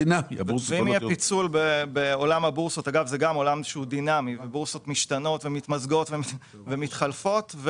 הבורסות משתנות, מתמזגות ומתחלפות.